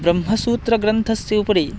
ब्रह्मसूत्रग्रन्थस्य उपरि